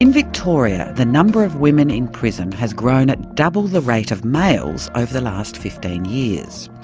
in victoria, the number of women in prison has grown at double the rate of males over the last fifteen years.